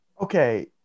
Okay